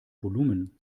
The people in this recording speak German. volumen